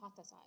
hypothesize